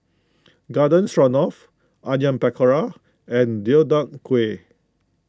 Garden Stroganoff Onion Pakora and Deodeok Gui